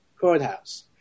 courthouse